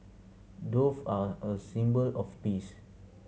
dove are a symbol of peace